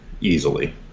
Easily